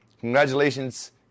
Congratulations